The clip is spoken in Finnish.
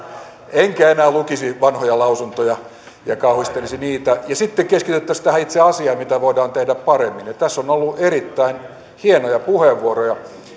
enkä enää lukisi vanhoja lausuntoja ja kauhistelisi niitä ja sitten keskityttäisiin tähän itse asiaan mitä voidaan tehdä paremmin tässä on ollut erittäin hienoja puheenvuoroja